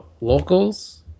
locals